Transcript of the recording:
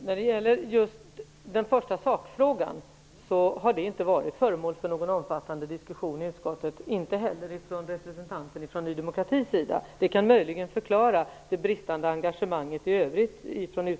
Herr talman! Den första sakfrågan har inte varit föremål för någon omfattande diskussion i utskottet. Det har den inte heller varit bland representanter för Ny demokrati. Det kan möjligen förklara utskottets bristande engagemang i övrigt.